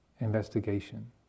investigation